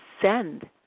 send